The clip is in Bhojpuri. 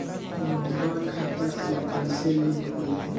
नम्बर खाता से कईसे लिंक होई?